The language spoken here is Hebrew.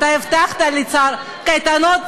קייטנות